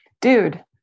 dude